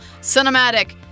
cinematic